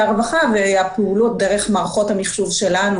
הרווחה והפעולות דרך מערכות המחשוב שלנו,